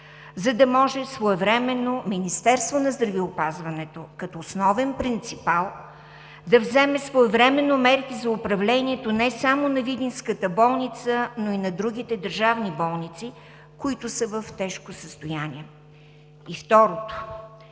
така и Вас, и Министерството на здравеопазването като основен принципал да може да вземе своевременно мерки за управлението не само на видинската болница, но и на другите държавни болници, които са в тежко състояние. Второ,